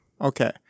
Okay